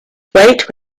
weight